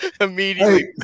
Immediately